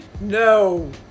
No